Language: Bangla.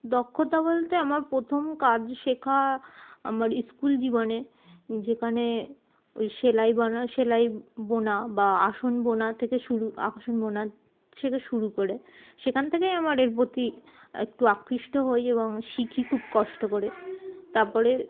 দক্ষতা বলতে আমার প্রথম কাজ শেখা আমার স্কুল জীবনে যেখানে ওই সেলাই বানা সেলাই বোনা বা আসন বোনা থেকে শুরু আসন বোনা থেকে শুরু করে সেখান থেকেই আমার এর প্রতি একটু আকৃষ্ট হই এবং শিখি খুব কষ্ট করে তারপরে